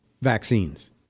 vaccines